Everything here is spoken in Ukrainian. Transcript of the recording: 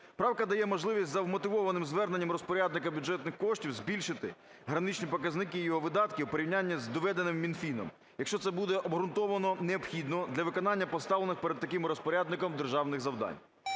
правка дає можливість за вмотивованим зверненням розпорядника бюджетних коштів збільшити граничні показники його видатків у порівнянні з доведеними Мінфіном, якщо це буде обґрунтовано необхідно для виконання поставлених перед таким розпорядником державних завдань.